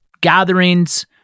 gatherings